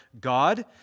God